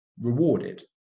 rewarded